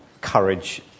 courage